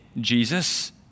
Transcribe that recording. Jesus